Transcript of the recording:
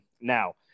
Now